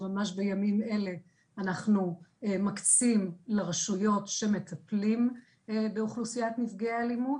שממש בימים אלה אנחנו מקצים לרשויות שמטפלות באוכלוסיית נפגעי אלימות.